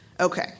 Okay